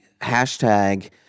hashtag